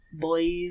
Boys